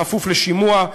בכפוף לשימוע.